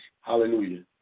Hallelujah